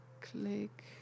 Click